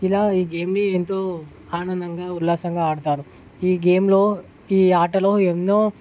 ఇలా ఈ గేమ్ని ఎంతో ఆనందంగా ఉల్లాసంగా ఆడతారు ఈ గేమ్లో ఈ ఆటలో ఎన్నో